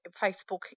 Facebook